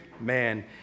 man